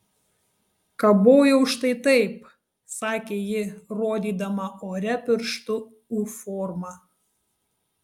kabojau štai taip sakė ji rodydama ore pirštu u formą